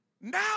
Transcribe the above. Now